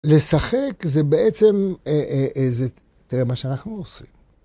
לשחק זה בעצם, זה... תראה, מה שאנחנו עושים.